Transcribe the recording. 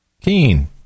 Keen